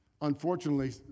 unfortunately